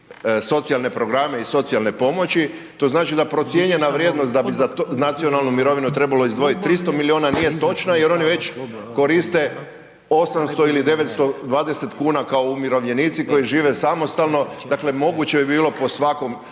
socijalne programe i socijalne pomoći, to znači da je procijenjena vrijednost da bi za tu nacionalnu mirovinu trebalo izdvojiti 300 milijuna nije točna jer oni već koriste 800 ili 920 kuna kao umirovljenici koji žive samostalno, dakle moguće je bilo po svakom